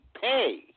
pay